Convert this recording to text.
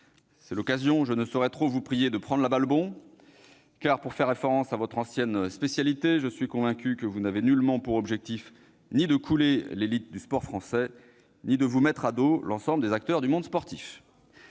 sportive, je ne saurais trop vous prier de prendre la balle au bond, car, pour faire référence à votre ancienne spécialité, je suis convaincu que vous n'avez nullement pour objectif de couler l'élite du sport français, ni de vous mettre à dos l'ensemble des acteurs du monde sportif